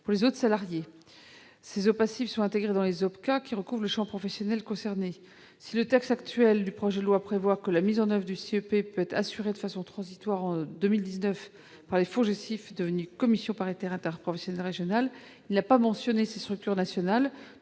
pour les autres salariés. Ces OPACIF sont intégrés dans les OPCA qui recouvrent le champ professionnel concerné. Si le texte actuel du projet de loi prévoit que la mise en oeuvre du CEP peut être assurée de façon transitoire en 2019 par les FONGECIF, devenus commissions paritaires interprofessionnelles régionales, il ne mentionne pas ces structures nationales.